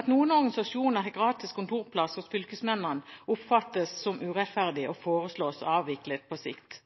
At noen organisasjoner har gratis kontorplass hos fylkesmennene, oppfattes som urettferdig, og dette foreslås avviklet på sikt.